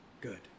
good